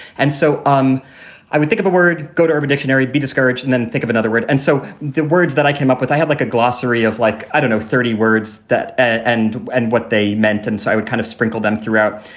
and so um i would think of the word go to urban dictionary, be discouraged, and then think of another word. and so the words that i came up with, i had like a glossary of, like, i don't know, thirty words that and and what they meant. and so i would kind of sprinkled them throughout,